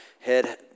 head